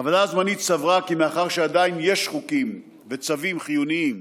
הועדה הזמנית סברה כי מאחר שעדיין יש חוקים וצווים חיוניים